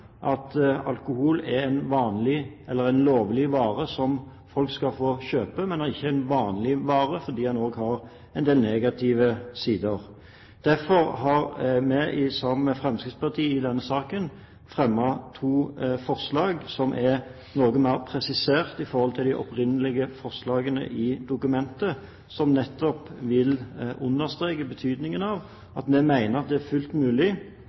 at alkohol er en lovlig vare som folk skal få kjøpe, men ikke en vanlig vare fordi den også har en del negative sider. Derfor har vi sammen med Fremskrittspartiet i denne saken fremmet to forslag som er noe mer presisert i forhold til de opprinnelige forslagene i dokumentet, og som nettopp vil understreke at vi mener det er fullt mulig